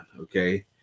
Okay